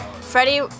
Freddie